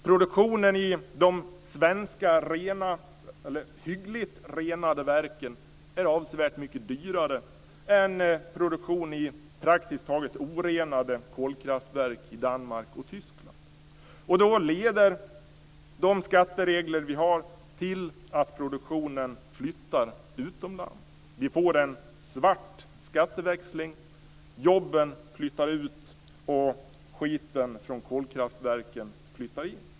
Produktionen i de svenska hyggligt renade verken är avsevärt mycket dyrare än produktion i praktiskt taget orenade kolkraftverk i Danmark och Tyskland. Då leder de skatteregler vi har till att produktionen flyttar utomlands. Vi får en svart skatteväxling - jobben flyttar ut och skiten från kolkraftverken flyttar in.